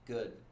Good